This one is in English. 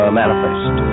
manifest